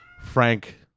Frank